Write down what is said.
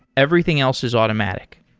everything else is automatic,